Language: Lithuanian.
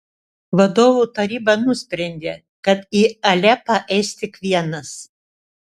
vadovų taryba nusprendė kad į alepą eis tik vienas